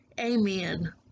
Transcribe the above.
Amen